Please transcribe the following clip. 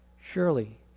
Surely